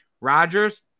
Rodgers